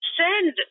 send